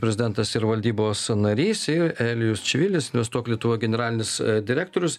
prezidentas ir valdybos narys ir elijus čivilis investuok lietuvoje generalinis direktorius